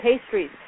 pastries